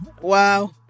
Wow